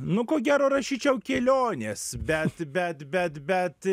nu ko gero rašyčiau kelionės bet bet bet bet